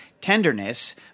tenderness